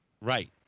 Right